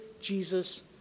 Jesus